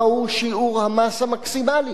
מהו שיעור המס המקסימלי.